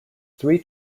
three